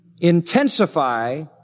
intensify